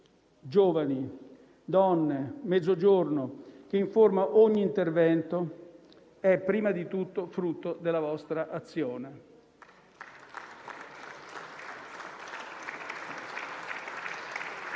giovani, donne, Mezzogiorno che informa ogni intervento è prima di tutto frutto della vostra azione.